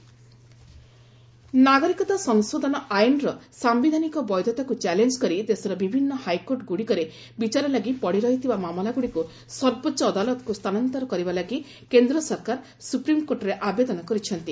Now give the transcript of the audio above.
supreme court CAA ନାଗରିକତା ସଂଶୋଧନ ଆଇନର ସାୟିଧାନିକ ବୈଧତାକୁ ଚାଲେଞ୍ଜ କରି ଦେଶର ବିଭିନ୍ନ ହାଇକୋର୍ଟଗୁଡ଼ିକରେ ବିଚାରଲାଗି ପଡ଼ିରହିଥିବା ମାମଲାଗୁଡ଼ିକୁ ସର୍ବୋଚ୍ଚ ଅଦାଲତକୁ ସ୍ଥାନାନ୍ତର କରିବା ଲାଗି କେନ୍ଦ୍ର ସରକାର ସୁପ୍ରିମକୋର୍ଟରେ ଆବେଦନ କରିଛନ୍ତି